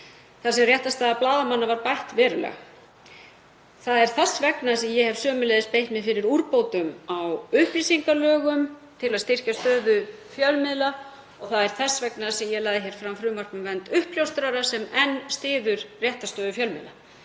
þar sem réttarstaða blaðamanna var bætt verulega. Það er þess vegna sem ég hef sömuleiðis beitt mér fyrir úrbótum á upplýsingalögum, til að styrkja stöðu fjölmiðla, og það er þess vegna sem ég lagði hér fram frumvarp um vernd uppljóstrara sem enn styður réttarstöðu fjölmiðla.